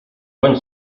bonne